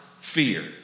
fear